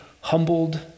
humbled